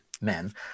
men